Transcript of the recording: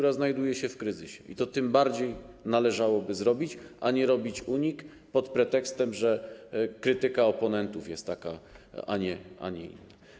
Ona znajduje się w kryzysie, więc tym bardziej należałoby to zrobić, a nie robić unik pod pretekstem, że krytyka oponentów jest taka, a nie inna.